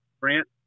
Brant